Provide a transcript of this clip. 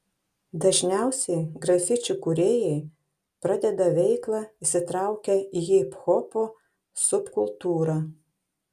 dažniausiai grafičių kūrėjai pradeda veiklą įsitraukę į hiphopo subkultūrą